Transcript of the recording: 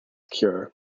cure